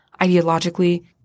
ideologically